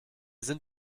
sind